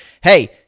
hey